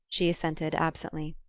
she assented absently.